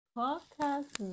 podcast